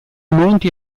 monti